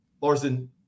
Larson